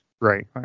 Right